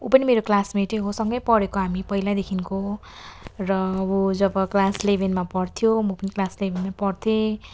ऊ पनि मेरो क्लासमेटै हो सँगै पढेको हामी पहिलादेखिको र ऊ जब क्लास इलेभेनमा पढ्थ्यो र म पनि क्लास इलेभेनमै पढ्थेँ